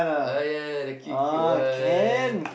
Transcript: ah ya ya the cute cute one